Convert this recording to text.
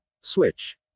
switch